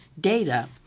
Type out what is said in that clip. data